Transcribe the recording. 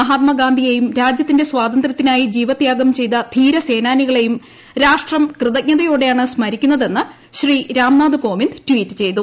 മഹാത്മാഗാന്ധിയെയും രാജ്യത്തിന്റെ സ്വാതന്ത്യത്തിനായി ജീവത്യാഗം ചെയ്ത ധീരസേനാനികളെയും രാഷ്ട്രം കൃതഞ്ജതയോടെയാണ് സ്മരിക്കുന്നതെന്ന് ശ്രീ രാംനാഥ് കോവിന്ദ് ട്വീറ്റ് ചെയ്തു